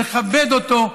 לכבד אותו,